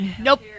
nope